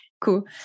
Cool